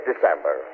December